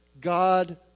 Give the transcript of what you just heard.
God